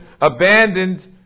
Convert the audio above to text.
abandoned